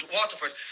Waterford